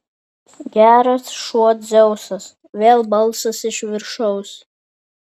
geras šuo dzeusas vėl balsas iš viršaus